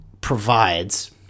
provides